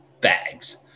bags